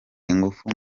ingufu